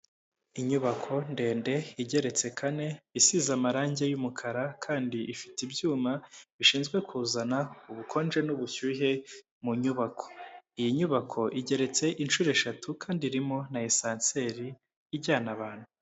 Inyubako ndende igeretse kane isize amarange y'umukara kandi ifite ibyuma bishinzwe kuzana ubukonje n'ubushyuhe mu nyubako, iyi nyubako igeretse inshuro eshatu kandi irimo na esanseri ijyana abantu.